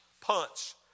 punch